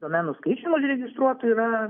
domenų skaičium užregistruotų yra